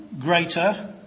greater